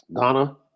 Ghana